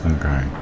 Okay